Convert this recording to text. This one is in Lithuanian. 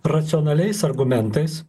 racionaliais argumentais